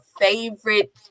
favorite